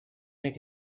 make